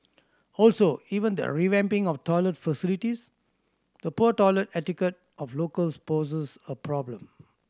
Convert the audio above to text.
also even the revamping of toilet facilities the poor toilet etiquette of locals poses a problem